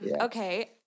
okay